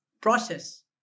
process